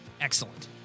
excellent